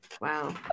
Wow